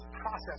process